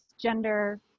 gender